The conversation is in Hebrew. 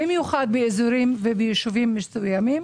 במיוחד באזורים ובישובים מסוימים,